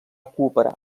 cooperar